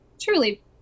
truly